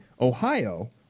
Ohio